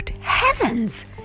heavens